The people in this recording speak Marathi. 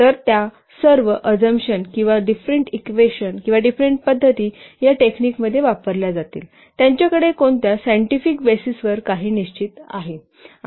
तर त्या सर्व अजमशन किंवा डिफरेंट इक्वेशन किंवा डिफरेंट पद्धती या टेक्निकमध्ये वापरल्या जातील त्यांच्याकडे कोणत्या सायंटिफिक बेसिसवर काही निश्चित आहे